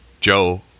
Joe